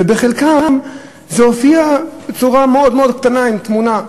ובחלקם זה הופיע בצורה מאוד מאוד קטנה עם תמונה.